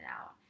out